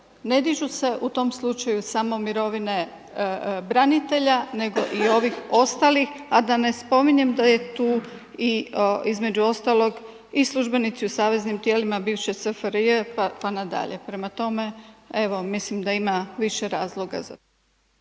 ne dižu se u tom slučaju samo mirovine branitelja nego i ovih ostalih, a da ne spominjem da je tu između ostalog i službenici u saveznim tijelima bivše SFRJ pa nadalje. Prema tome, evo mislim da ima više razloga.